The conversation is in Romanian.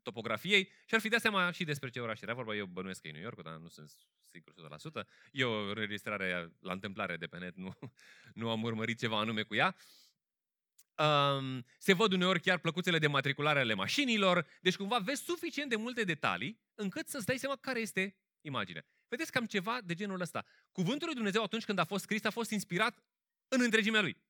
topografiei și ar fi dat seama și despre ce oraș era vorba. Eu bănuiesc că e New Yorkul, dar nu sunt sigur 100%. E o înregistrare la întâmplare de pe net, nu- nu am urmărit ceva anume cu ea. Um, se văd uneori chiar plăcuțele de matriculare ale mașinilor, deci cumva vezi suficient de multe detalii încât să-ți dai seama care este imaginea. Vedeți cam ceva de genul ăsta. Cuvântul lui Dumnezeu atunci când a fost scris a fost inspirat în întregimea lui.